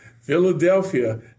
Philadelphia